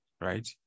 right